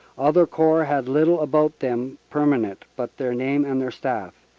other corps had little about them permanent but their name and their staff.